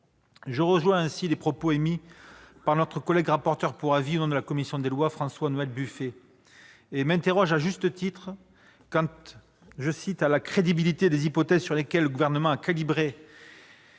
Je rejoins les propos émis par le rapporteur pour avis de la commission des lois, François-Noël Buffet, et m'interroge, à juste titre, sur la « crédibilité des hypothèses sur lesquelles le Gouvernement a calibré